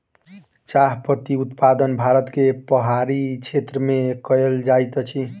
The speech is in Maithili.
चाह पत्ती उत्पादन भारत के पहाड़ी क्षेत्र में कयल जाइत अछि